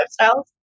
lifestyles